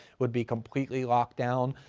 would be completely locked down.